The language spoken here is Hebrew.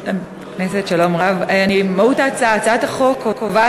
רבותי, הצעת חוק זו,